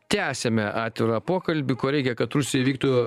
tęsiame atvirą pokalbį ko reikia kad rusijoj įvyktų